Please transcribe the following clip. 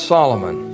Solomon